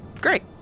great